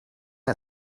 are